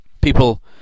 People